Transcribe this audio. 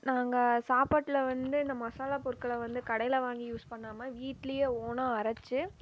நாங்கள் சாப்பாட்டில் வந்து இந்த மசாலா பொருட்களை வந்து கடையில் வாங்கி யூஸ் பண்ணாமல் வீட்டிலயே ஓனாக அரைச்சி